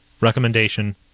recommendation